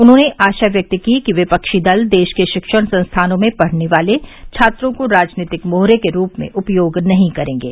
उन्होंने आशा व्यक्त की कि विपक्षी दल देश के शिक्षण संस्थाओं में पढने वाले छात्रों को राजनीतिक मोहरे के रूप में उपयोग नहीं करेंगे